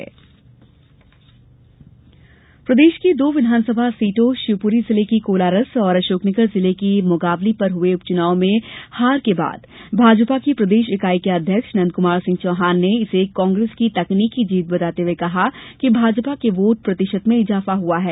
नंद कुमार प्रदेश की दो विधानसभा सीटों शिवपुरी जिले की कोलारस और अशोकनगर जिले की मुंगावली पर हुए उपचुनाव में हार के बाद भाजपा की प्रदेश इकाई के अध्यक्ष नंदकुमारसिंह चौहान ने इसे कांग्रेस की तकनीकी जीत बताते हुए कहा कि भाजपा के वोट प्रतिशत में इजाफा हुआ है